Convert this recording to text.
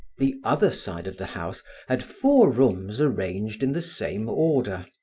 the other side of the house had four rooms arranged in the same order.